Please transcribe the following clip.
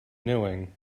knowing